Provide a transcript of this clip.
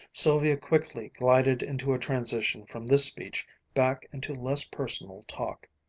sylvia quickly glided into a transition from this speech back into less personal talk.